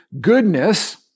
Goodness